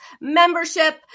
membership